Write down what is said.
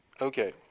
Okay